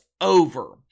over